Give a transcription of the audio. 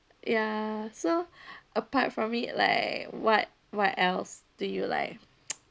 ya so apart from it like what what else do you like